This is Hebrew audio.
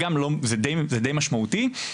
זה די משמעותי,